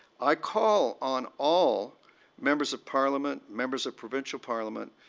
i call on all members of parliament, members of provincial parliament,